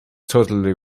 totally